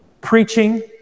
preaching